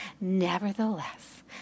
nevertheless